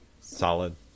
solid